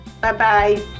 Bye-bye